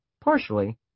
Partially